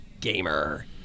gamer